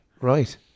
right